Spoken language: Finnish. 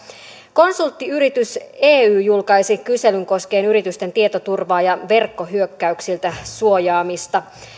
konsulttiyritys ey julkaisi kyselyn koskien yritysten tietoturvaa ja verkkohyökkäyksiltä suojautumista